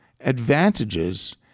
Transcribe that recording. advantages